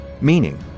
Meaning